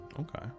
Okay